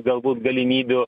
galbūt galimybių